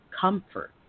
comfort